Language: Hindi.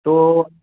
तो